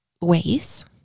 ways